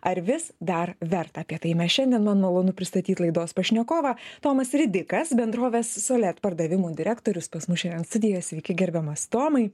ar vis dar verta apie tai mes šiandien man malonu pristatyt laidos pašnekovą tomas ridikas bendrovės solet pardavimų direktorius pas mus šiandien studijoj sveiki gerbiamas tomai